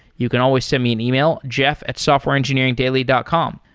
you can always send me an email, jeff at softwareengineeringdaily dot com.